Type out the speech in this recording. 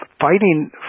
fighting